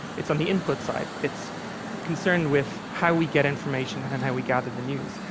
it's on the input side. it's concern with how we get information and how we gather the news.